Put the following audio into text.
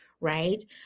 right